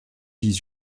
dix